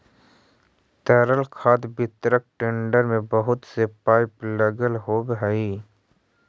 तरल खाद वितरक टेंकर में बहुत से पाइप लगल होवऽ हई